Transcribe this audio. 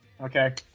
Okay